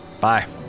Bye